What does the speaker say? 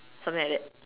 something like that